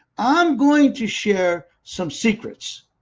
i'm going to share some secrets